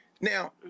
Now